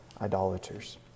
idolaters